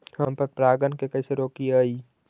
हम पर परागण के कैसे रोकिअई?